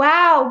Wow